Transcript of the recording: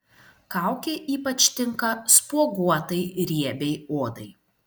kaukė ypač tinka spuoguotai riebiai odai